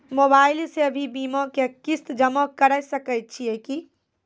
Mobile से भी बीमा के किस्त जमा करै सकैय छियै कि?